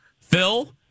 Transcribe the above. Phil